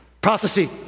prophecy